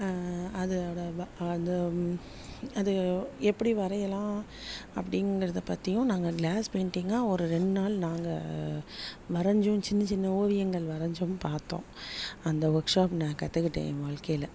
அதோடு அது அது எப்படி வரையலாம் அப்படிங்கிறத பற்றியும் நாங்கள் க்ளாஸ் பெயிண்டிங்காக ஒரு ரெண்டு நாள் நாங்கள் வரைஞ்சும் சின்ன சின்ன ஓவியங்கள் வரைஞ்சும் பார்த்தோம் அந்த ஒர்க் ஷாப் நான் கற்றுக்கிட்டேன் என் வாழ்க்கையில